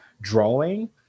drawing